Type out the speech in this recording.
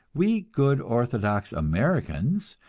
we good orthodox americans,